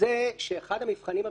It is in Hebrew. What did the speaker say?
זה אחד המבחנים הבסיסיים,